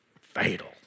fatal